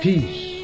Peace